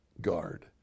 guard